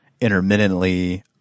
intermittently